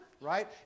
Right